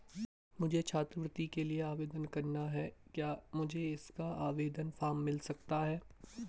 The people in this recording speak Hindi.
मुझे छात्रवृत्ति के लिए आवेदन करना है क्या मुझे इसका आवेदन फॉर्म मिल सकता है?